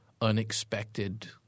unexpected